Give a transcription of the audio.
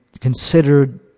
considered